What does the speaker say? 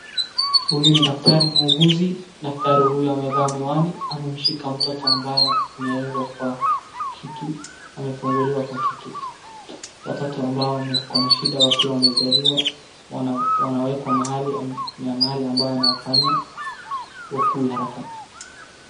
Huyu ni daktari muunguzi. Daktari huyu amevaa miwani amemshika mtoto ambaye amewekwa kwa kitu, amefunguliwa kwa kitu. Watoto ambao wakona shida wakiwa wamezaliwa wanawekwa mahali , ni ya mahali ambao inawafanya wakue haraka.